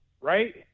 right